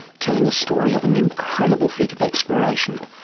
telling a story of an incredible feat of exploration.